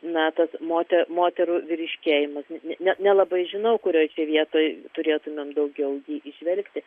na tas mote moterų vyriškėjimas ne nelabai žinau kurioje vietoj turėtumėm daugiau jį įžvelgti